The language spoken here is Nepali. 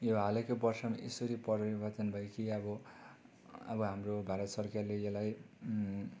यो हालैको वर्षमा यसरी परिवर्तन भयो कि अब अब हाम्रो भारत सरकारले यसलाई